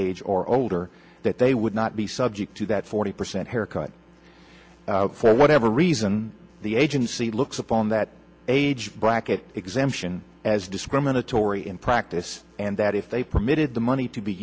age or older that they would not be subject to that forty percent haircut for whatever reason the agency looks upon that age bracket exemption as discriminatory in practice and that if they permitted the money to be